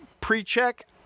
pre-check